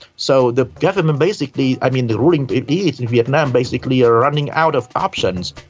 so the government basically, i mean, the ruling elites in vietnam basically are running out of options.